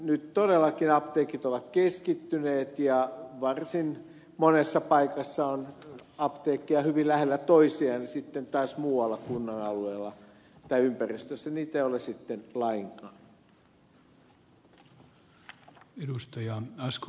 nyt todellakin apteekit ovat keskittyneet ja varsin monessa paikassa apteekkeja on hyvin lähellä toisiaan ja sitten taas muualla kunnan alueella tai ympäristössä niitä ei ole lainkaan